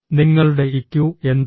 നിങ്ങളുടെ ഇക്യു എന്താണ്